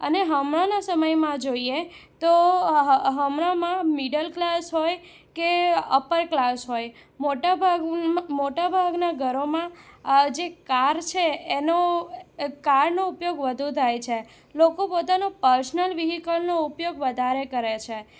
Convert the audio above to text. અને હમણાંના સમયમાં જોઈએ તો હમણાંમાં મિડલ ક્લાસ હોય કે અપર ક્લાસ હોય મોટાભાગ મોટાભાગનાં ઘરોમાં આજે કાર છે એનો કારનો ઉપયોગ વધુ થાય છે લોકો પોતાનો પર્સનલ વિહિકલનો ઉપયોગ વધારે કરે છે